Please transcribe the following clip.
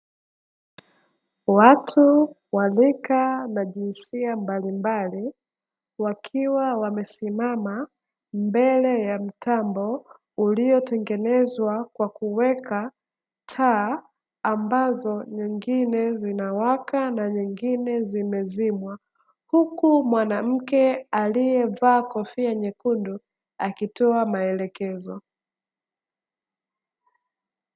Watu wa rika na jinsia mbalimbali, wakiwa wamesimama mbele ya mtambo uliotengenezwa kwa kuweka taa ambazo nyingine zinawaka, nyingine zimezimwa, huku mwanamke alivaa kofia nyekundu akitoa maelekezo.